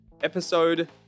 Episode